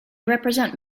represent